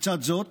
לצד זאת